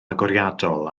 agoriadol